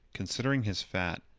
considering his fat,